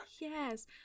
Yes